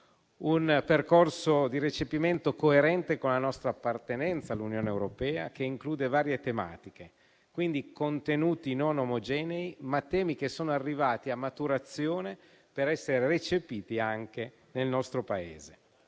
un percorso di recepimento coerente con la nostra appartenenza all'Unione europea, che include varie tematiche: quindi, contenuti non omogenei, ma temi arrivati a maturazione per essere recepiti anche nel nostro Paese.